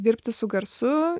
dirbti su garsu